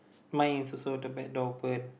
mine is also the back door open